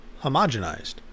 homogenized